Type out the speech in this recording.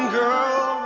girl